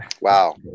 wow